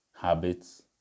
habits